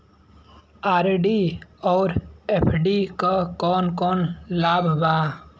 RD और FD क कौन कौन लाभ बा?